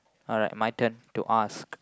alright my turn to ask